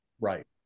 Right